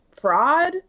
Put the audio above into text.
fraud